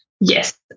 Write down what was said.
Yes